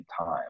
time